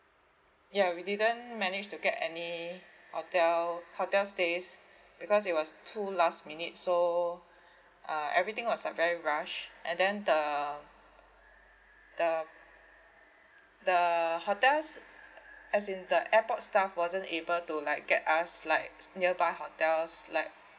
ya we didn't manage to get any hotel hotel stays because it was too last minute so uh everything was like very rush and then the the the hotels as in the airport staff wasn't able to like get us like nearby hotels like